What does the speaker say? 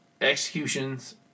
executions